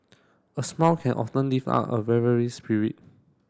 a smile can often lift up a spirit